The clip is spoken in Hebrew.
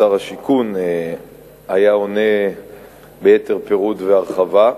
ששר השיכון היה עונה ביתר פירוט והרחבה.